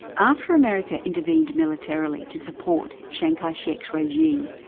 after america intervened militarily to support chiang kai chek's regime,